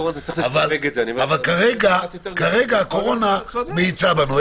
אבל כרגע הקורונה מאיצה בנו.